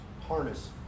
harness